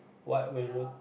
what will you